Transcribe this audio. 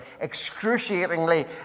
excruciatingly